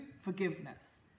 forgiveness